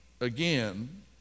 Again